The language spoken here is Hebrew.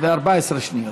ו-14 שניות.